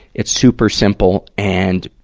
it's super simple. and,